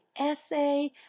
essay